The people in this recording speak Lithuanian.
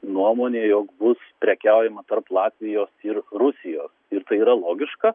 nuomonė jog bus prekiaujama tarp latvijos ir rusijos ir tai yra logiška